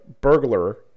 burglar